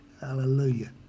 Hallelujah